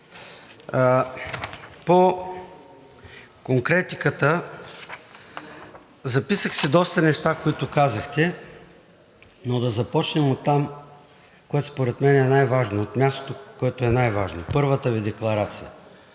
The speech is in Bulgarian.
По конкретиката. Записах си доста неща, които казахте, но да започнем оттам, което според мен е най-важно, от мястото, което е най-важно – първата Ви декларация.